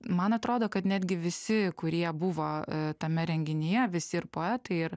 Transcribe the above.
man atrodo kad netgi visi kurie buvo tame renginyje visi ir poetai ir